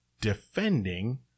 defending